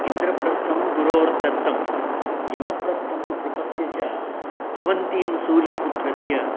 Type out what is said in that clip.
इन्द्रप्रस्थं गुरोर्दत्तं यमप्रस्थं कृपस्य च अवन्तीं सूर्यपुत्रस्य